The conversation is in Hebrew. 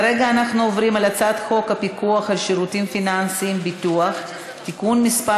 אנחנו עוברים להצעת חוק הפיקוח על שירותים פיננסיים (ביטוח) (תיקון מס'